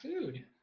food